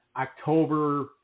October